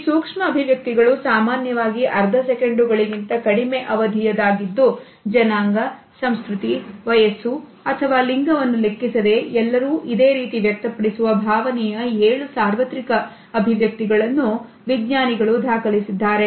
ಈ ಸೂಕ್ಷ್ಮ ಅಭಿವ್ಯಕ್ತಿಗಳು ಸಾಮಾನ್ಯವಾಗಿ ಅರ್ಧ ಸೆಕೆಂಡುಗಳು ಕಡಿಮೆ ಅವಧಿಯ ದಾಗಿದ್ದು ಜನಾಂಗ ಸಂಸ್ಕೃತಿ ವಯಸ್ಸು ಅಥವಾ ಲಿಂಗವನ್ನು ಲೆಕ್ಕಿಸದೆ ಎಲ್ಲರೂ ಇದೇ ರೀತಿ ವ್ಯಕ್ತಪಡಿಸುವ ಭಾವನೆಯ 7 ಸಾರ್ವತ್ರಿಕ ಅಭಿವ್ಯಕ್ತಿಗಳನ್ನು ವಿಜ್ಞಾನಿಗಳು ದಾಖಲಿಸಿದ್ದಾರೆ